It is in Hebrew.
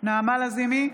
נעמה לזימי,